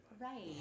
Right